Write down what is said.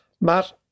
Matt